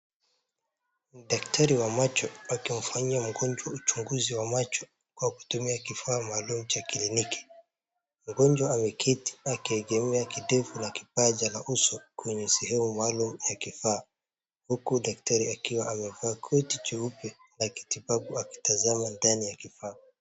Daktari wa macho akimfanyia mgonjwa uchunguzi wa macho kwa kutumia kifaa maalum cha kliniki. Mgonjwa ameketi akiegemea kidevu la kipaja la uso kwenye sehemu maalum ya kifaa, huku daktari akiwa amevaa koti juu la kitibabu akitazama ndani ya kifaa.